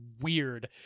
weird